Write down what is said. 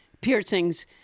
piercings